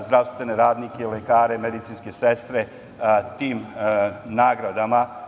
zdravstvene radnike, lekare, medicinske sestre tim nagradama